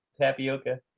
tapioca